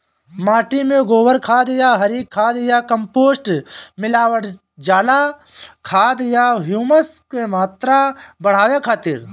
माटी में गोबर खाद या हरी खाद या कम्पोस्ट मिलावल जाला खाद या ह्यूमस क मात्रा बढ़ावे खातिर?